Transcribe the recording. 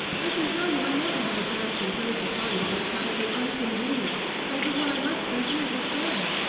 i can tell you i never had a task imposed upon me that i found so uncongenial as the one i must go through this day.